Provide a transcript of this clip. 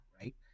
right